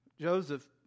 Joseph